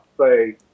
say